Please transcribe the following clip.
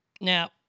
Now